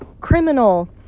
criminal